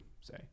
say